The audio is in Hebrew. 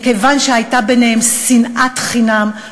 מכיוון שהייתה ביניהם שנאת חינם,